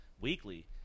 weekly